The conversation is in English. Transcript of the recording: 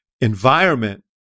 environment